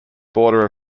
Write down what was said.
border